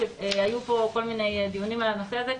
היו פה כל מיני דיונים על הנושא הזה.